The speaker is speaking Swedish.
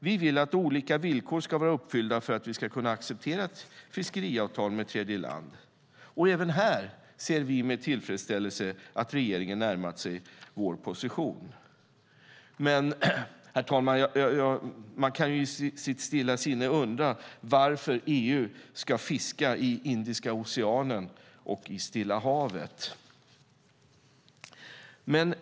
Vi vill att olika villkor ska vara uppfyllda för att vi ska kunna acceptera ett fiskeriavtal med tredjeland, och även här ser vi med tillfredställelse att regeringen har närmat sig vår position. Man kan dock i sitt stilla sinne undra, herr talman, varför EU ska fiska i Indiska oceanen och Stilla havet.